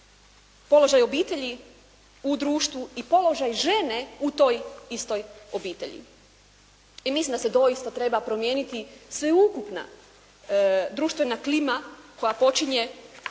položaj obitelji u društvu i položaj žene u toj istoj obitelji. I mislim da se doista treba promijeniti sveukupna društvene klima koja počinje